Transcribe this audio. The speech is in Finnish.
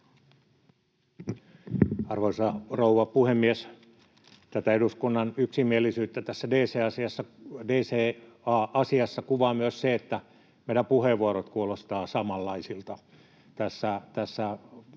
Arvoisa rouva puhemies! Tätä eduskunnan yksimielisyyttä tässä DCA-asiassa kuvaa myös se, että meidän puheenvuorot kuulostavat samanlaisilta.